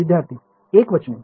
विद्यार्थी एकवचनी